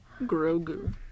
Grogu